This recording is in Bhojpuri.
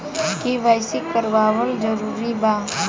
के.वाइ.सी करवावल जरूरी बा?